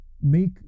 make